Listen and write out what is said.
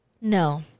No